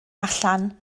allan